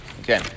Okay